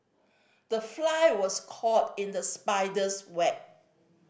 the fly was caught in the spider's web